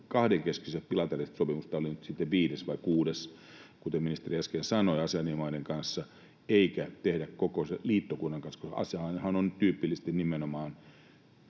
kahdenkeskiset, bilateraaliset, sopimukset — tämä oli nyt sitten viides tai kuudes, kuten ministeri äsken sanoi — Aseanin maiden kanssa eikä tehdä koko sen liittokunnan kanssa, kun Aseanhan on tyypillisesti nimenomaan